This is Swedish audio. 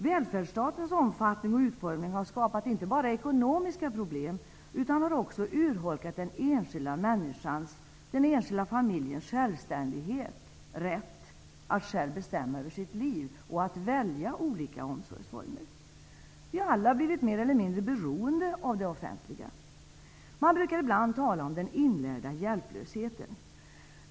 Välfärdsstatens omfattning och utformning har skapat inte bara ekonomiska problem, utan har också urholkat den enskilda människans och den enskilda familjens självständighet och rätt att själv bestämma över sitt liv och att välja olika omsorgsformer. Vi har alla blivit mer eller mindre beroende av det offentliga. Man brukar ibland tala om den inlärda hjälplösheten.